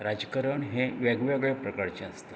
राजकरण हें वेगळें वेगळें प्रकारचे आसता